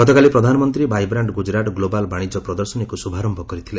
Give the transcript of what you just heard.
ଗତକାଲି ପ୍ରଧାନମନ୍ତ୍ରୀ vibrant global ବାଣିଜ୍ୟ ପ୍ରଦର୍ଶନୀକୁ ଶୁଭାରମ୍ଭ କରିଥିଲେ